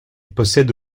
possède